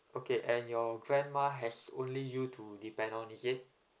okay and your grandma has only you to depend on is it